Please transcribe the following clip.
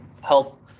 help